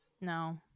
No